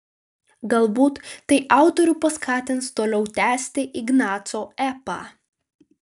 galbūt tai autorių paskatins toliau tęsti ignaco epą